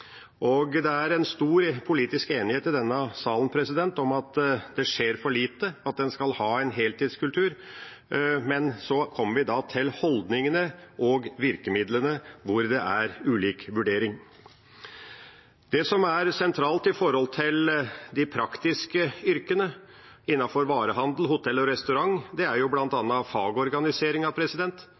Det er stor politisk enighet i denne salen om at det skjer for lite, at en skal ha en heltidskultur, men når vi kommer til holdningene og virkemidlene, er det ulik vurdering. Det som er sentralt i de praktiske yrkene, innenfor varehandel, hotell og restaurant, er bl.a. fagorganiseringen. Det er